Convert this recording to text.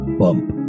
bump